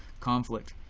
conflict,